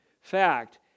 fact